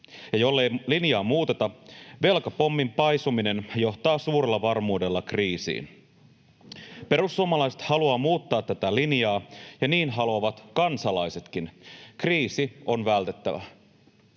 ja jollei linjaa muuteta, velkapommin paisuminen johtaa suurella varmuudella kriisiin. Perussuomalaiset haluavat muuttaa tätä linjaa, ja niin haluavat kansalaisetkin. Kriisi on vältettävä.